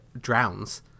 drowns